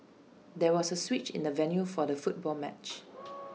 there was A switch in the venue for the football match